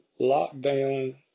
lockdown